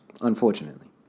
unfortunately